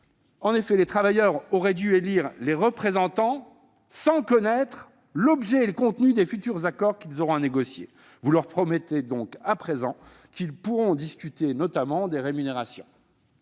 En effet, les travailleurs auraient dû élire des représentants sans connaître l'objet et le contenu des futurs accords qu'ils auront à négocier. Vous leur promettez donc à présent qu'ils pourront discuter, notamment, des rémunérations.